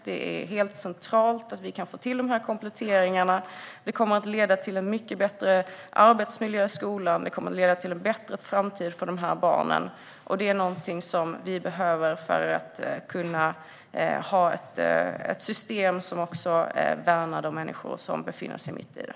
Det är helt centralt att vi kan få till de här kompletteringarna. Det kommer att leda till en mycket bättre arbetsmiljö i skolan. Det kommer att leda till en bättre framtid för de här barnen, och det är någonting som vi behöver för att kunna ha ett system som värnar de människor som befinner sig mitt i det.